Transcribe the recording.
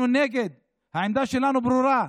אנחנו נגד, העמדה שלנו ברורה,